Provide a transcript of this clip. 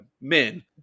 men